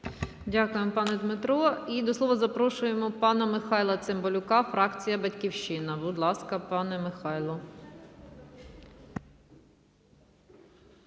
Дякую вам, пане Дмитро. І до слова запрошуємо пана Михайла Цимбалюка, фракція "Батьківщина". Будь ласка, пане Михайло.